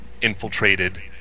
infiltrated